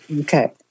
Okay